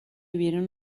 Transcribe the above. vieron